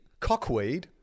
cockweed